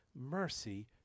mercy